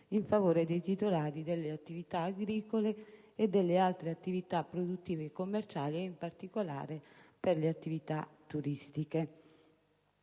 in favore dei titolari delle attività agricole e delle altre attività produttive e commerciali, in particolare le attività turistiche.